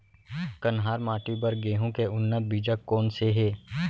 कन्हार माटी बर गेहूँ के उन्नत बीजा कोन से हे?